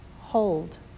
hold